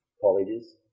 colleges